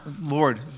Lord